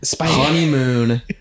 honeymoon